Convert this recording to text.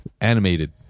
animated